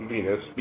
Venus